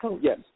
Yes